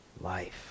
life